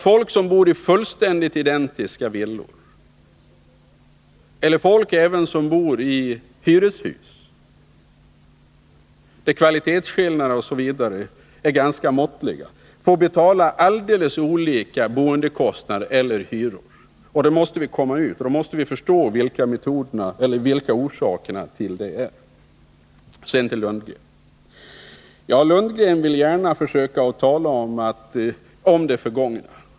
Folk som bor i fullständigt identiska villor eller hyreshus, där kvalitetsskillnader m.m. är ganska måttliga, har helt olika boendekostnader eller hyror. Det måste vi komma ifrån, och då måste vi förstå vilka orsakerna är. Sedan till Bo Lundgren. Bo Lundgren vill gärna försöka tala om det förgångna.